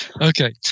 Okay